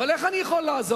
אבל איך אני יכול לעזור